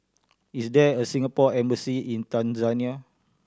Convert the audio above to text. is there a Singapore Embassy in Tanzania